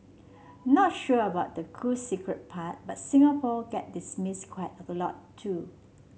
not sure about the cool secret part but Singapore get dismiss quite a lot too